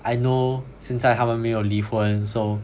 I know 现在他们没有离婚